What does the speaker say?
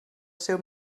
seu